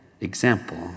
example